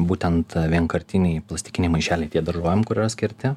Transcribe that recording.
būtent vienkartiniai plastikiniai maišeliai tie daržovėm kur yra skirti